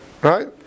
right